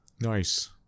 Nice